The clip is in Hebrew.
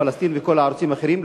פלסטין וכל הערוצים האחרים,